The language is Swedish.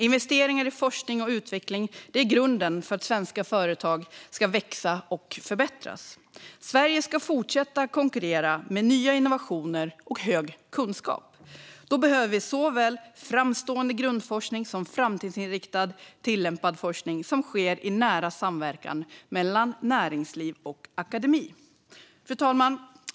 Investeringar i forskning och utveckling är grunden för att svenska företag ska växa och förbättras. Sverige ska fortsätta att konkurrera med nya innovationer och hög kunskap. Då behöver vi såväl framstående grundforskning som framtidsinriktad tilllämpad forskning som sker i nära samverkan mellan näringsliv och akademi. Fru talman!